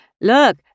Look